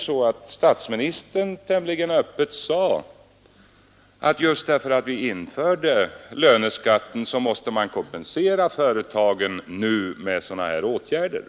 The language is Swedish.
Statsministern sade ändå tämligen öppet, att just därför att Ni införde löneskatten måste företagen kompenseras med sådana här åtgärder nu.